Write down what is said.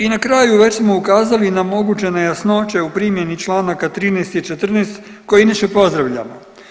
I na kraju, već smo ukazali na moguće nejasnoće u primjeni čl. 13 i 14 koji inače pozdravljamo.